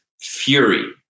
fury